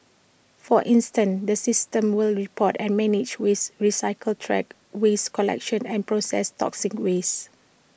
for instance the system will report and manage waste recycling track waste collection and processed toxic waste